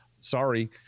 sorry